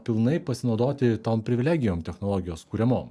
pilnai pasinaudoti tom privilegijom technologijos kuriamom